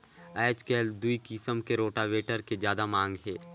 आयज कायल दूई किसम के रोटावेटर के जादा मांग हे